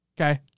Okay